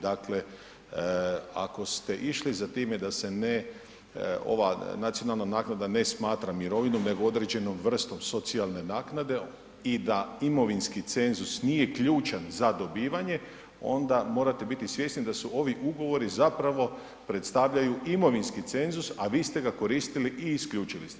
Dakle, ako ste išli za time da se ne, ova nacionalna naknada ne smatra mirovinom nego određenom vrstom socijalne naknade i da imovinski cenzus nije ključan za dobivanje, onda morate biti svjesni da su ovi ugovori zapravo predstavljaju imovinski cenzus, a vi ste ga koristili i isključili ste.